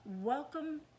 welcome